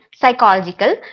psychological